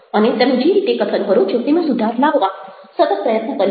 અને તમે જે રીતે કથન કરો છો તેમાં સુધાર લાવવા સતત પ્રયત્ન કરી શકો